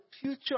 future